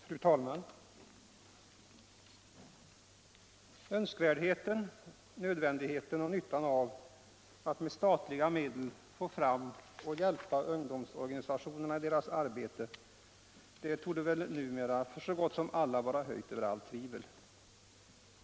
Fru talman! Önskvärdheten, nödvändigheten och nyttan av att med statliga medel hjälpa ungdomsorganisationerna i deras arbete torde väl numera för så gott som alla vara höjda över allt tvivel.